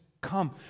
come